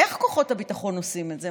איך כוחות הביטחון עושים את זה?